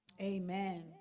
amen